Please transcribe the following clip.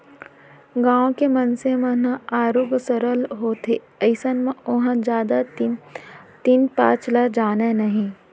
गाँव के मनसे मन ह आरुग सरल होथे अइसन म ओहा जादा तीन पाँच ल जानय नइ